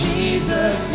Jesus